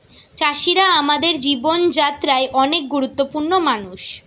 চাষিরা আমাদের জীবন যাত্রায় অনেক গুরুত্বপূর্ণ মানুষ